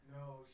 No